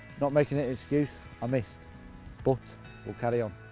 not making it excuse, i missed but we'll carry on.